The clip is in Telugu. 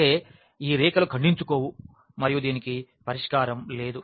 అయితే ఈ రేఖలు ఖండించుకోవు మరియు దీనికి పరిష్కారం లేదు